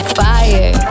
fire